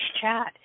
chat